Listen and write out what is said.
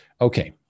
Okay